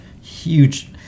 Huge